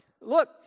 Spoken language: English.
look